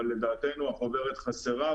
לפרסם אותה?